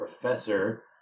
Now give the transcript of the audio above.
professor